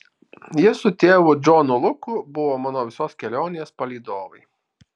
jis su tėvu džonu luku buvo mano visos kelionės palydovai